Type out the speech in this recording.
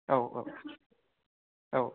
औ औ औ